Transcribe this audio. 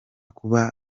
kuba